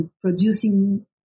producing